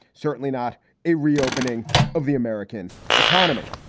certainly not a reopening of the american economy.